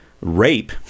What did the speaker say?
rape